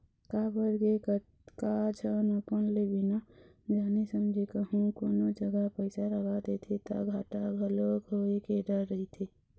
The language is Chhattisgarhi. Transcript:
काबर के कतको झन अपन ले बिना जाने समझे कहूँ कोनो जघा पइसा लगा देथे ता घाटा घलोक होय के डर रहिथे